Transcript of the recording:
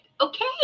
Okay